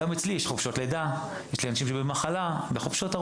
יש לי אנשים בחופשות לידה,